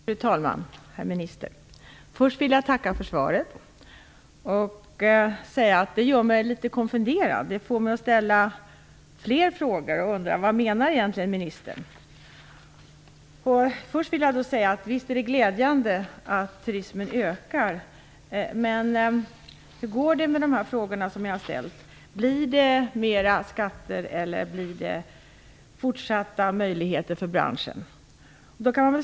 Fru talman! Herr minister! Först vill jag tacka för svaret och säga att det gör mig litet konfunderad. Det får mig att ställa fler frågor. Jag undrar vad ministern egentligen menar. Visst är det glädjande att turismen ökar. Men hur går det med de frågor som jag har ställt? Blir det mera skatter eller blir det fortsatta möjligheter för branschen?